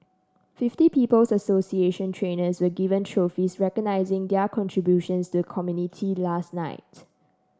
fifty People's Association trainers were given trophies recognising their contributions to the community last night